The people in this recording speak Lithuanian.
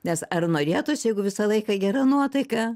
nes ar norėtųsi jeigu visą laiką gera nuotaika